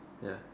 ya